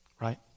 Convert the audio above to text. right